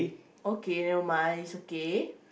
okay nevermind it's okay